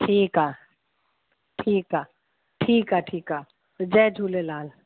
ठीकु आहे ठीकु आहे ठीकु आहे जय झूलेलाल